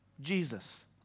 Jesus